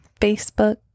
Facebook